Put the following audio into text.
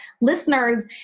listeners